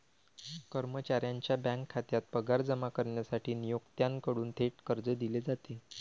कर्मचाऱ्याच्या बँक खात्यात पगार जमा करण्यासाठी नियोक्त्याकडून थेट कर्ज दिले जाते